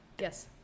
Yes